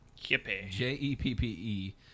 J-E-P-P-E